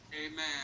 amen